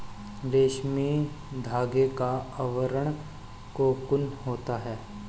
रेशमी धागे का आवरण कोकून होता है